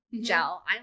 Gel